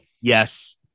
Yes